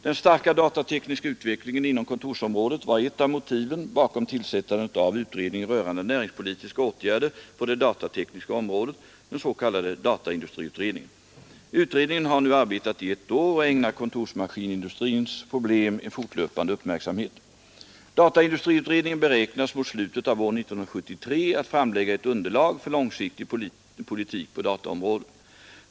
Den starka datatekniska utvecklingen inom kontorsområdet var ett av motiven bakom tillsättandet av utredningen rörande näringspolitiska åtgärder på det datatekniska området, den s.k. dataindustriutredningen. Utredningen har nu arbetat i ett år och ägnar kontorsmaskinindustrins problem en fortlöpande uppmärksamhet. Dataindustriutredningen beräknas mot slutet av år 1973 framlägga ett underlag för långsiktig politik på dataområdet.